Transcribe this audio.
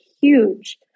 huge